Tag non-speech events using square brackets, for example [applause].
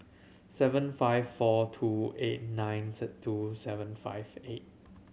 seven five four two eight nine [unintelligible] two seven five eight